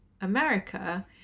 America